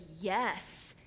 yes